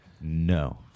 No